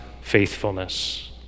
faithfulness